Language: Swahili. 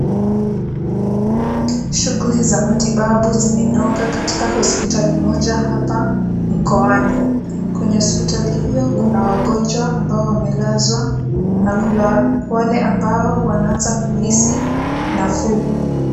Shughuli za matibabu zimenoga katika hospitali moja hapa, mkoani. Kwenye hospitali hiyo kuna wagonjwa ambao wamelazwa na kuna wale ambao wanaanza kuhisi nafuu.